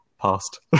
past